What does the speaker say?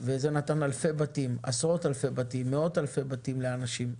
וזה נתן עשרות אלפי בתים, מאות אלפי בתים לאנשים.